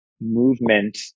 movement